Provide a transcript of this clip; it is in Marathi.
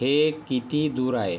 हे किती दूर आहे